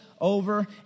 over